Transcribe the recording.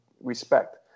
respect